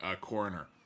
coroner